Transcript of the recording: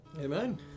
Amen